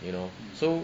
you know so